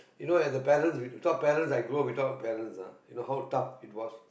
you know as a parents we some parents I grow up without parents ah you know how tough it was